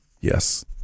Yes